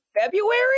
February